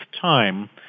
time